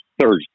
Thursday